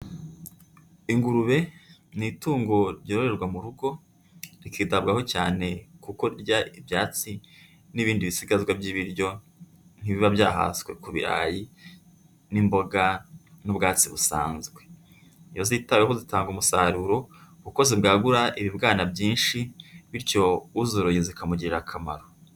Ingurube ni itungo ryororerwa mu rugo rikitabwaho cyane kuko rirya ibyatsi n'ibindi bisigazwa by'ibiryo nk'ibiba byahaswe ku birarayi n'imboga n'ubwatsi busanzwe, iyo zitaweho zitanga umusaruro kuko zibwagura ibibwana byinshi bityo uzoroye zikamugirira akamaro.